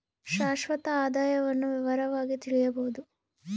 ಶಾಶ್ವತ ಆದಾಯವನ್ನು ವಿವರವಾಗಿ ತಿಳಿಯಬೊದು